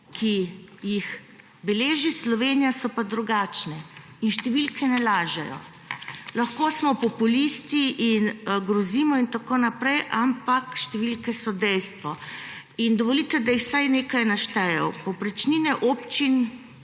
ki jih beleži Slovenija, so pa drugačne in številke ne lažejo. Lahko smo populisti in grozimo in tako naprej, ampak številke so dejstvo. Dovolite, da jih vsaj nekaj naštejem. Povprečnine občin